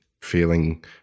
feeling